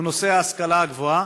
הוא נושא ההשכלה הגבוהה.